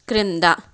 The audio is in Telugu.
క్రింద